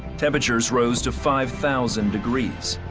temperatures rose to five thousand degrees.